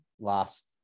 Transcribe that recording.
last